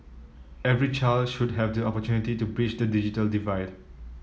every child should have the opportunity to bridge the digital divide